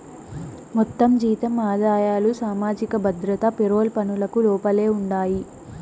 మొత్తం జీతం ఆదాయాలు సామాజిక భద్రత పెరోల్ పనులకు లోపలే ఉండాయి